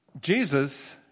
Jesus